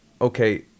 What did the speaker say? okay